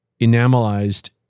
enamelized